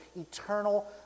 eternal